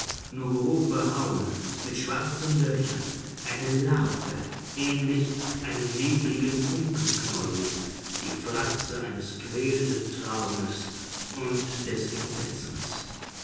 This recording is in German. nur grob behauen mit schwarzen löchern eine larve ähnlich einem nebligen funkenknäuel die fratze eines quälenden traumes und des entsetzens